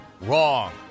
wrong